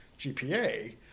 GPA